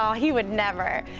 um he would never!